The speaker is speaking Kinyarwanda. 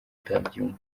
utabyumva